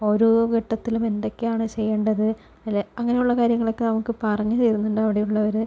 ഓരോ ഘട്ടത്തിലും എന്തൊക്കെയാണ് ചെയ്യേണ്ടത് അതെ അങ്ങനെയുള്ള കാര്യങ്ങളൊക്കെ നമുക്ക് പറഞ്ഞ് തരുന്നുണ്ട് അവിടെയുള്ളവര്